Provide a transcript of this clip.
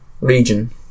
region